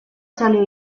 salió